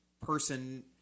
person